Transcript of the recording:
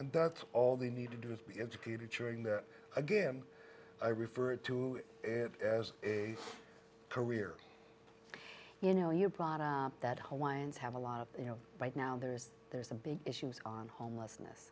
and that's all they need to do is be educated showing that again i refer to it as a career you know your product that hawaiians have a lot of you know right now there is there's a big issues on homelessness